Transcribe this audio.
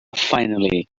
finally